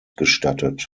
gestattet